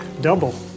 Double